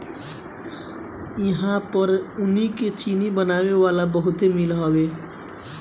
इहां पर ऊखी के चीनी बनावे वाला बहुते मील हवे